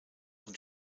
und